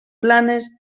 planes